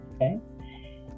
okay